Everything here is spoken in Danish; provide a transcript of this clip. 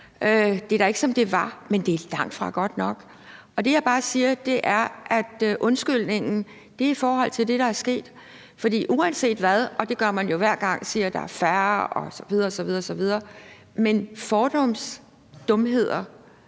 Det er da ikke, som det var engang, men det er langtfra godt nok. Og det, jeg bare siger, er, at undskyldningen skal være i forhold til det, der er sket. Man siger jo hver gang, at der er færre osv. osv., men i forhold til fordums dumheder